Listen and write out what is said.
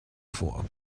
vor